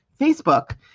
Facebook